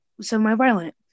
semi-violent